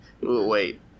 wait